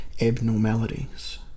abnormalities